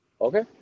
Okay